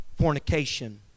fornication